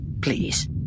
Please